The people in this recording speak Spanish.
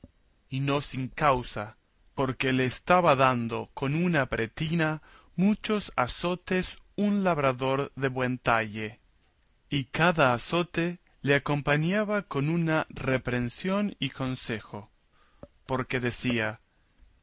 y no sin causa porque le estaba dando con una pretina muchos azotes un labrador de buen talle y cada azote le acompañaba con una reprehensión y consejo porque decía